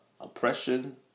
oppression